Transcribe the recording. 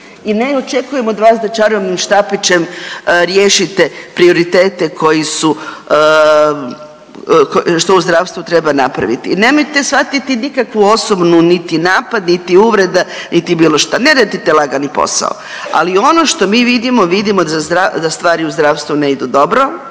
i ne očekujem od vas da čarobnim štapićem riješite prioritete koji su što u zdravstvu treba napraviti. I nemojte shvatiti nikakvu osobnu niti napad, niti uvreda, niti bilo šta, ne radite lagani posao, ali ono što mi vidimo, vidimo da stvari u zdravstvu ne idu dobro.